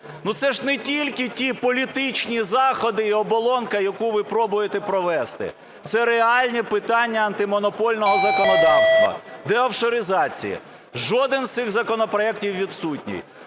Ну, це ж не тільки ті політичні заходи і оболонка, яку ви пробуєте провести, це реальні питання антимонопольного законодавства – деофшоризація. Жоден з цих законопроектів відсутній.